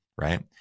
right